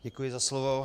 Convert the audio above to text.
Děkuji za slovo.